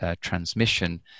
transmission